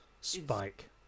Spike